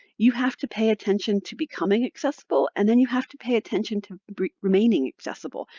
you have to pay attention to becoming accessible, and then you have to pay attention to remaining accessible.